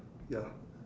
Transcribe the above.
ya